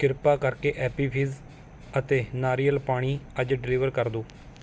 ਕਿਰਪਾ ਕਰਕੇ Appy Fizz ਅਤੇ ਨਾਰੀਅਲ ਪਾਣੀ ਅੱਜ ਡਿਲੀਵਰ ਕਰ ਦਿਉ